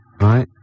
Right